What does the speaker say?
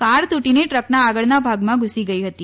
car તુટીને ટ્રકના આગળના ભાગમાં ધુસી ગઇ હતી